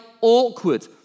awkward